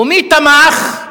ומי תמך?